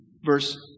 verse